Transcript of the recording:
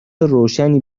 روشنی